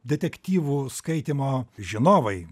detektyvų skaitymo žinovai